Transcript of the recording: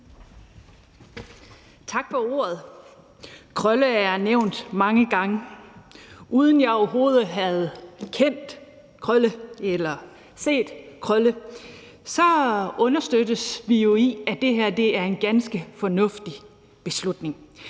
Tak for ordet. Krølle er nævnt mange gange, og uden at jeg overhovedet har kendt Krølle eller set Krølle, understøttes vi jo i, at det her er en ganske fornuftig beslutning.